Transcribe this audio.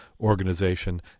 organization